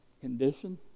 condition